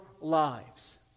lives